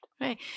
right